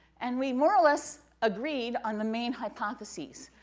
and we, more or less, agreed on the main hypotheses,